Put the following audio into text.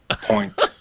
point